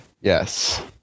Yes